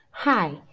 Hi